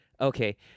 Okay